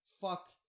Fuck